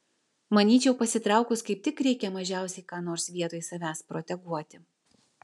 manyčiau pasitraukus kaip tik reikia mažiausiai ką nors vietoj savęs proteguoti